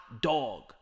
dog